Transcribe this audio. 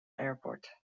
airport